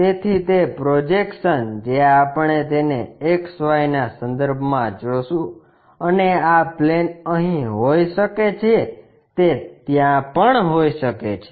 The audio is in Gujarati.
તેથી તે પ્રોજેક્શન જે આપણે તેને XY ના સંદર્ભમાં જોશું અને આ પ્લેન અહીં હોઈ શકે છે તે ત્યાં પણ હોઈ શકે છે